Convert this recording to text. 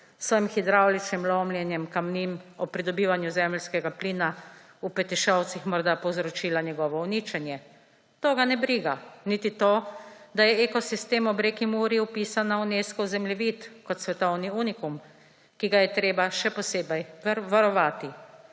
s svojim hidravličnim lomljenjem kamnin ob pridobivanju zemeljskega plina v Petišovcih morda povzročila njegovo uničenje. To ga ne briga. Niti to, da je ekosistem ob reki Muri vpisan na Unescov zemljevid kot svetovni unikum, ki ga je treba še posebej varovati.